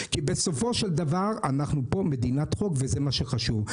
כי בסופו של דבר אנחנו פה מדינת חוק וזה מה שחשוב.